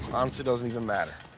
honestly doesn't even matter.